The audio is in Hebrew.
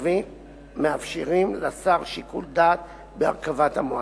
קובעים ומאפשרים לשר שיקול דעת בהרכבת המועצה.